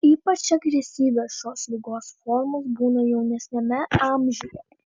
ypač agresyvios šios ligos formos būna jaunesniame amžiuje